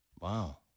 Wow